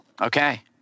Okay